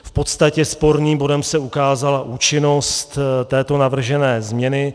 V podstatě sporným bodem se ukázala účinnost této navržené změny.